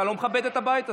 אתה לא מכבד את הבית הזה.